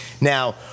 Now